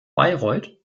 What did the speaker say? bayreuth